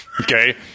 Okay